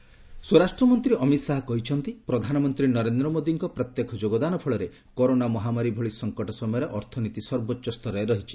Amit Shah COVID nineteen ସ୍ୱରାଷ୍ଟ୍ର ମନ୍ତ୍ରୀ ଅମିତ ଶାହା କହିଛନ୍ତି ପ୍ରଧାନମନ୍ତ୍ରୀ ନରେନ୍ଦ୍ର ମୋଦୀଙ୍କ ପ୍ରତ୍ୟକ୍ଷ ଯୋଗଦାନ ଫଳରେ କରୋନା ମହାମାରୀ ଭଳି ସଂକଟ ସମୟରେ ଅର୍ଥନୀତି ସର୍ବୋଚ୍ଚ ସ୍ତରରେ ରହିଛି